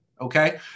Okay